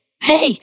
Hey